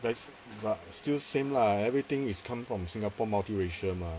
there's but still same lah everything is come from singapore multiracial mah